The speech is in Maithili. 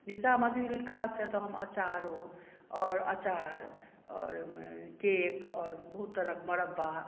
निशा मधुलिका से तऽ हम अचारो आओर अचार आओर केक आओर बहुत तरहक मुरब्बा